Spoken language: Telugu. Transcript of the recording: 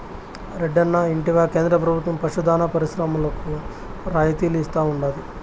రెడ్డన్నా ఇంటివా కేంద్ర ప్రభుత్వం పశు దాణా పరిశ్రమలకు రాయితీలు ఇస్తా ఉండాది